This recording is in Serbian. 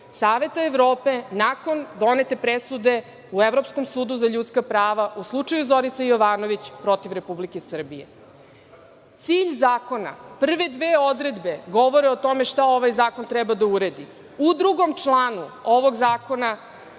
Saveta Evrope, nakon donete presude u Evropskom sudu za ljudska prava u slučaju Zorice Jovanović protiv Republike Srbije. Prve dve odredbe govore o tome šta ovaj zakon treba da uredi. U 2. članu ovog zakona